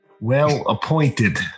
Well-appointed